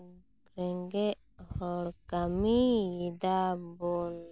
ᱨᱮᱸᱜᱮᱡ ᱦᱚᱲ ᱠᱟᱹᱢᱤᱭᱮᱫᱟᱵᱚᱱ